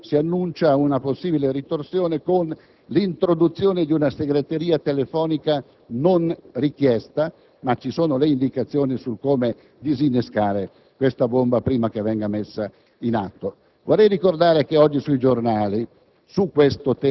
in cui si annuncia una possibile ritorsione attraverso l'introduzione di una segreteria telefonica non richiesta, ma vi sono indicazioni su come disinnescare questa "bomba" prima che venga fatta esplodere. Vorrei ricordare che oggi sui giornali,